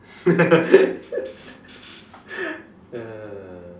ah